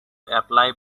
apply